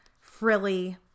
frilly